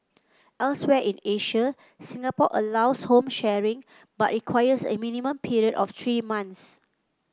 elsewhere in Asia Singapore allows home sharing but requires a minimum period of three months